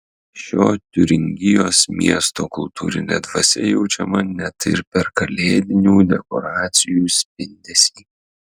šio tiuringijos miesto kultūrinė dvasia jaučiama net ir per kalėdinių dekoracijų spindesį